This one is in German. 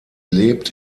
lebt